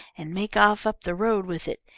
and make off up the road with it.